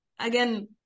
again